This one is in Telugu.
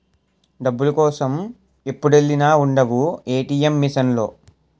డబ్బుల కోసం ఎప్పుడెల్లినా ఉండవు ఏ.టి.ఎం మిసన్ లో